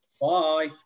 bye